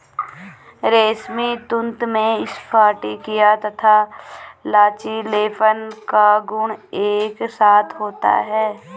रेशमी तंतु में स्फटिकीय तथा लचीलेपन का गुण एक साथ होता है